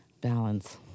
Balance